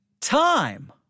time